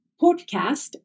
podcast